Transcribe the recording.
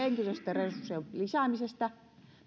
henkilöstöresurssien lisäämisestä